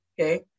Okay